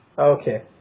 Okay